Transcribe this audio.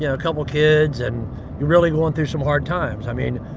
yeah a couple of kids, and you're really going through some hard times. i mean,